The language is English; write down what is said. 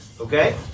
Okay